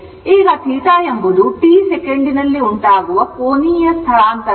ಈಗ θ ಎಂಬುದು t ಸೆಕೆಂಡಿನಲ್ಲಿ ಉಂಟಾಗುವ ಕೋನೀಯ ಸ್ಥಳಾಂತರವಾಗಿದೆ